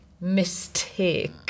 Mistake